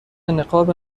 نقاب